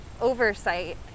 oversight